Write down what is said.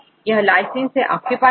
और यह lysineसे ऑक्यूपाई है